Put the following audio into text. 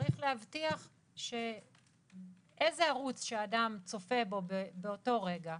צריך להבטיח שאיזה ערוץ שאדם צופה בו באותו רגע,